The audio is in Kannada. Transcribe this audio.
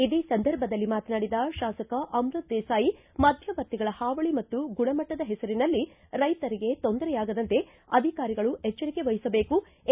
ಇದೇ ಸಂದರ್ಭದಲ್ಲಿ ಮಾತನಾಡಿದ ಶಾಸಕ ಅಮೃತ ದೇಸಾಯಿ ಮಧ್ಯವರ್ತಿಗಳ ಹಾವಳಿ ಮತ್ತು ಗುಣಮಟ್ಟದ ಹೆಸರಿನಲ್ಲಿ ರೈತರಿಗೆ ತೊಂದರೆಯಾಗದಂತೆ ಅಧಿಕಾರಿಗಳು ಎಚ್ದರಿಕೆ ವಹಿಸಬೇಕು ಎ